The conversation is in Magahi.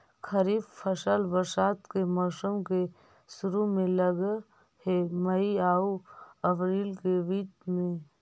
खरीफ फसल बरसात के मौसम के शुरु में लग हे, मई आऊ अपरील के बीच में